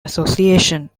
association